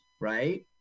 right